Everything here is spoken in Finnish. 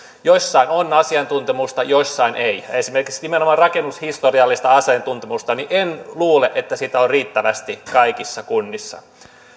joissain on asiantuntemusta joissain ei esimerkiksi nimenomaan rakennushistoriallista asiantuntemusta en luule olevan riittävästi kaikissa kunnissa